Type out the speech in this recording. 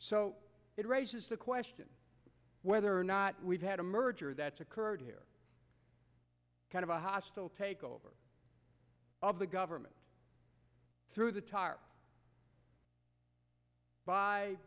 so it raises the question of whether or not we've had a merger that's occurred here kind of a hostile takeover of the government through the tar by